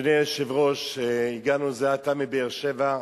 אדוני היושב-ראש, הגענו זה עתה מבאר-שבע.